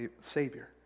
Savior